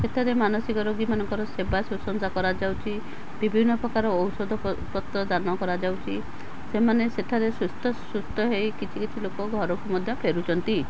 ସେଠାରେ ମାନସିକ ରୋଗୀମାନଙ୍କର ସେବା ସୁଶ୍ରୂଷା କରାଯାଉଛି ବିଭିନ୍ନ ପ୍ରକାର ଔଷଧ ପତ୍ର ଦାନ କରାଯାଉଛି ସେମାନେ ସେଠାରେ ସୁସ୍ଥ ସୁସ୍ଥ ହେଇ କିଛି କିଛି ଲୋକ ଘରକୁ ମଧ୍ୟ ଫେରୁଛନ୍ତି